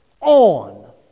on